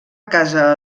casa